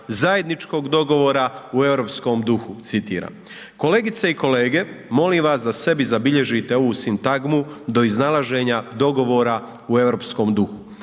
zajedničkog dogovora u europskom duhu, citiram. Kolegice i kolege, molim vas da sebi zabilježite ovu sintagmu do iznalaženja dogovora u europskom duhu.